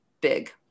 big